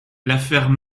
l’affaire